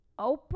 Oprah